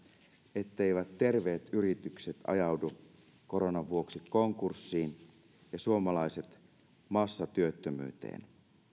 etteivät terveet yritykset ajaudu koronan vuoksi konkurssiin ja suomalaiset massatyöttömyyteen